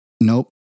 nope